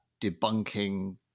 debunking